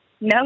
No